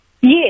Yes